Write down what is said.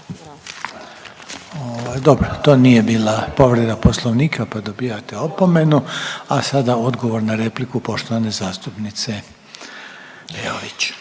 dobro to nije bila povreda Poslovnika pa dobijate opomenu, a sada odgovor na repliku poštovane zastupnice Peović.